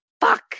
fuck